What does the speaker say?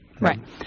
right